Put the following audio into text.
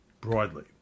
broadly